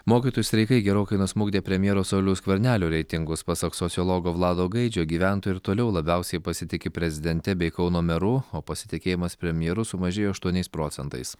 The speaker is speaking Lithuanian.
mokytojų streikai gerokai nusmukdė premjero sauliaus skvernelio reitingus pasak sociologo vlado gaidžio gyventojai ir toliau labiausiai pasitiki prezidente bei kauno meru o pasitikėjimas premjeru sumažėjo aštuoniais procentais